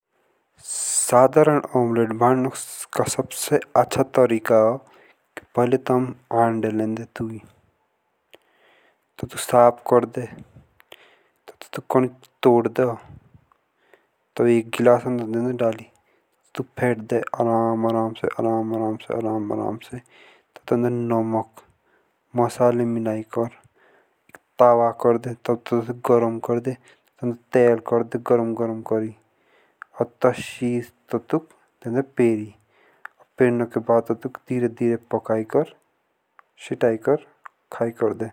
साधारण ऑमलेट बनाणे का सबसे अच्छा तरीका ओ। पहले आंदे लेंदे दो ततुक साफ करदे ततुक तोड़े ओ। ततुक एक गिलास डाली तब फटदाय आराम-आराम से। तब तोण्डे नमक मसाला मिलैकर तवा कर दे। तब तेल करदे गरम करी। तसी ततुक देदे परी और ततुक धीरे-धीरे पकाए कर चिताय कर खाए करदे।